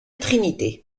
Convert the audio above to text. trinité